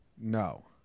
no